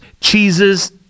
cheeses